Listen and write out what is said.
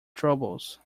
troubles